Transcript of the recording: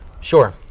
sure